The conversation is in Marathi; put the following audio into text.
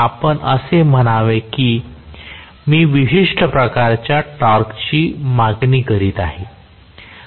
आपण असे म्हणावे की मी विशिष्ट प्रकारच्या टॉर्कची मागणी करीत आहे